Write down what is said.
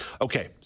Okay